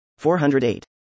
408